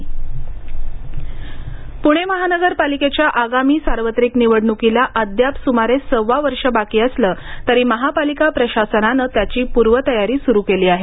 प्णे महानगर पालिकेच्या आगामी सार्वत्रिक निवडण्कीला अद्याप स्मारे सव्वा वर्ष बाकी असलं तरी महापालिका प्रशासनानं त्याची पूर्वतयारी सुरू केली आहे